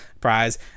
prize